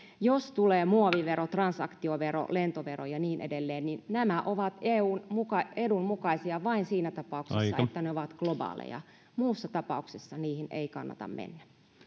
jos tulee muovivero transaktiovero lentovero ja niin edelleen niin nämä ovat eun edun mukaisia vain siinä tapauksessa että ne ovat globaaleja muussa tapauksessa niihin ei kannata mennä